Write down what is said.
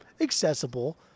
accessible